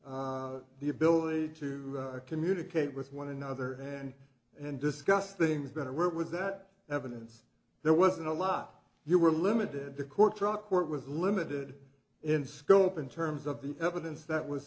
concerning the ability to communicate with one another and and discuss things better where was that evidence there wasn't a lot you were limited to court truck court was limited in scope in terms of the evidence that was